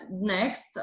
Next